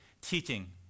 teaching